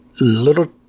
little